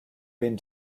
been